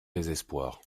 désespoir